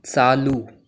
चालू